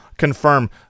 confirm